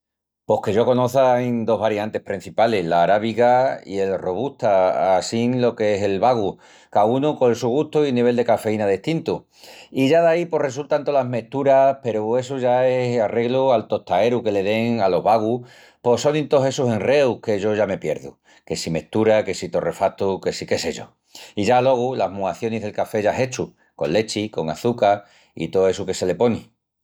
Pos que yo conoça ain dos variantis prencipalis, l'arábiga i el robusta, assín lo qu'es el bagu, caúnu col su gustu i nivel de cafeína destintu. I ya daí pos resultan tolas mesturas peru essu ya es arreglu al tostaeru que le den alos bagus pos sonin tós essus enreus que yo ya me pierdu, que si mestura, que si torrefatu, que si qué sé yo. I ya alogu las muacionis del café ya hechu, con lechi, con açuca i tó essu que se le poni.